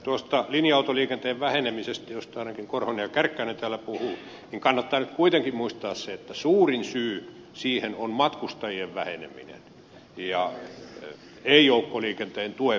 tuosta linja autoliikenteen vähenemisestä josta ainakin edustajat martti korhonen ja kärkkäinen täällä puhuivat kannattaa nyt kuitenkin muistaa se että suurin syy siihen on matkustajien väheneminen ei joukkoliikenteen tuen väheneminen